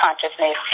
consciousness